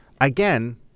Again